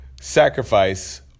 Sacrifice